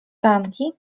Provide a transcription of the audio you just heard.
sanki